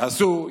תעשו,